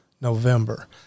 November